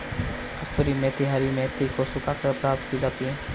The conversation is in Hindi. कसूरी मेथी हरी मेथी को सुखाकर प्राप्त की जाती है